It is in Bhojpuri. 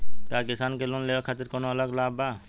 का किसान के लोन लेवे खातिर कौनो अलग लाभ बा?